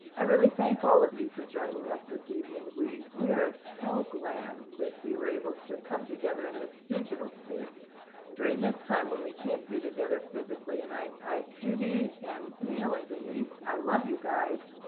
i really thank all of you for joining us this evening. we we are so glad that we were able to come together in this digital space during this time when we can't be together physically, and i i judy and neil and denise, i love you guys,